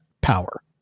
power